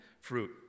fruit